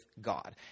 God